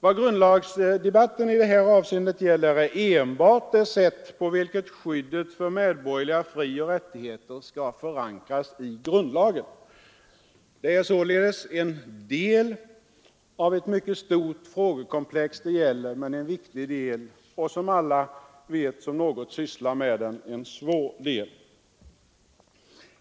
Vad grundlagsdebatten i det här avseendet gäller är enbart det sätt på vilket skyddet för medborgerliga frioch rättigheter skall förankras i grundlagen. Det är således en del av ett mycket stort frågekomplex, men en viktig del och — som alla vet som något sysslat med den — en svår del.